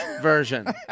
version